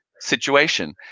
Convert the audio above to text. Situation